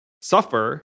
suffer